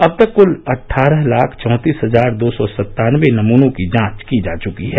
अब तक कुल अट्ठारह लाख चौतीस हजार दो सौ सत्तानबे नमूनों की जांच की जा चुकी है